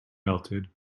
melted